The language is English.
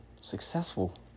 successful